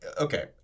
Okay